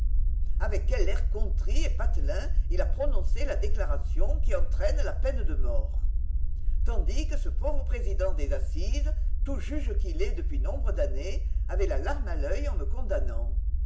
avec quel air contrit et patelin il a prononcé la déclaration qui entraîne la peine de mort tandis que ce pauvre président des assises tout juge qu'il est depuis nombre d'années avait la larme à l'oeil en me condamnant